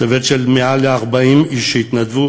צוות של יותר מ-40 איש שהתנדבו,